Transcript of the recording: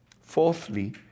Fourthly